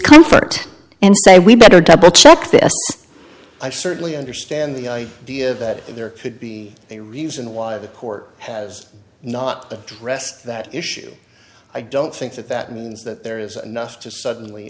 discomfort and say we better double check this i certainly understand the idea that there could be a reason why the court has not addressed that issue i don't think that that means that there is enough to suddenly